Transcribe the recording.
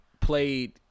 played